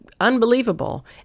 unbelievable